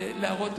ולהראות,